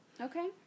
Okay